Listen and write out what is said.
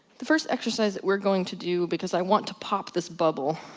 the first exercise that we're going to do, because i want to pop this bubble,